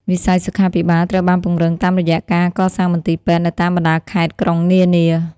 វិស័យសុខាភិបាលត្រូវបានពង្រឹងតាមរយៈការកសាងមន្ទីរពេទ្យនៅតាមបណ្តាខេត្តក្រុងនានា។